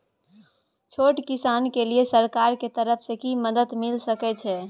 छोट किसान के लिए सरकार के तरफ कि मदद मिल सके छै?